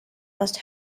must